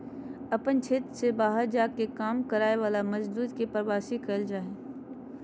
अपन क्षेत्र से बहार जा के काम कराय वाला मजदुर के प्रवासी कहल जा हइ